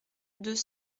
deux